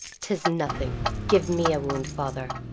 tis nothing give me a wound, father.